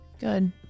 Good